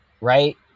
Right